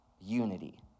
unity